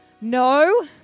No